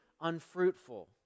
unfruitful